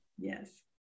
Yes